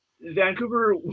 Vancouver